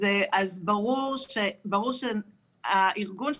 אז ברור שהארגון שלי,